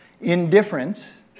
Indifference